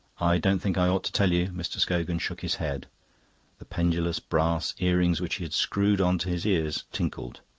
i don't think i ought to tell you. mr. scogan shook his head the pendulous brass ear-rings which he had screwed on to his ears tinkled.